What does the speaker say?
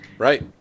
Right